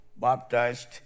baptized